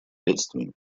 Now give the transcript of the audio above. бедствиям